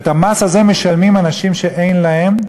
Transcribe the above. את המס הזה משלמים אנשים שאין להם,